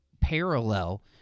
parallel